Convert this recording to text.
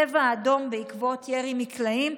צבע אדום בעקבות ירי מקלעים.